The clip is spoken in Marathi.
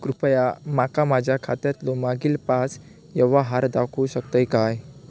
कृपया माका माझ्या खात्यातलो मागील पाच यव्हहार दाखवु शकतय काय?